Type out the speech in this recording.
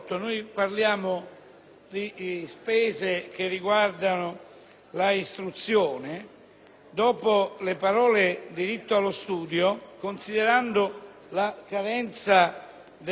Dopo le parole: «diritto allo studio», considerando la carenza dell'edilizia scolastica e della formazione professionale, noi proponiamo